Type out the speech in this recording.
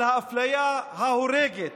על האפליה ההורגת,